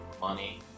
money